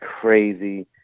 crazy